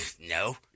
no